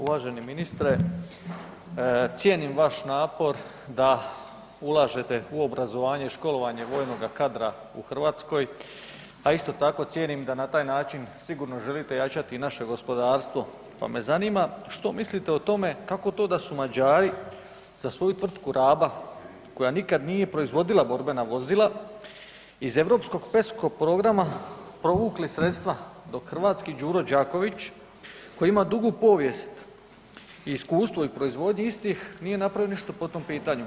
Uvaženi ministre, cijenim vaš napor da ulažete u obrazovanje i školovanje vojnoga kadra u Hrvatskoj, a isto tako cijenim da na taj način sigurno želite ojačati i naše gospodarstvo, pa me zanima što mislite o tome kako to da su Mađari za svoju tvrtku „Raba“ koja nikad nije proizvodila borbena vozila iz europskog PESCO programa provukli sredstva, dok hrvatski „Đuro Đaković“ koji ima dugu povijest i iskustvo u proizvodnji istih nije napravio ništa po tom pitanju?